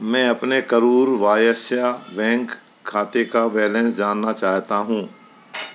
मैं अपने करूर वैश्य बैंक खाते का बैलेंस जानना चाहता हूँ